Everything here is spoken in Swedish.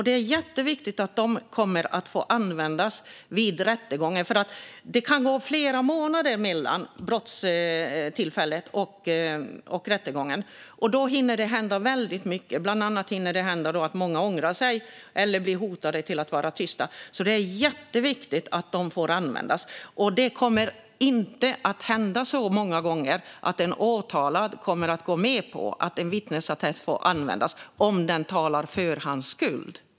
Det är jätteviktigt att de uppgifterna får användas vid rättegången, för det kan gå flera månader mellan brottstillfället och rättegången. Då hinner det hända väldigt mycket. Bland annat händer det att många ångrar sig eller blir hotade till att vara tysta, så det är jätteviktigt att de får användas. Det kommer inte att hända många gånger att en åtalad går med på att en vittnesattest får användas om den talar för hans skuld.